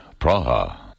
Praha